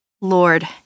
Lord